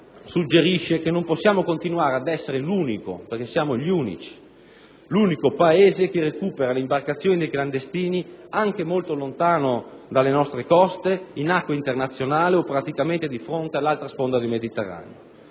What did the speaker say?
buon senso suggerisce che non possiamo continuare ad essere l'unico Paese - perché lo siamo -che recupera le imbarcazioni dei clandestini anche molto lontano dalle nostre coste, in acque internazionali o praticamente di fronte all'altra sponda del Mediterraneo.